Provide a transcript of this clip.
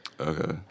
Okay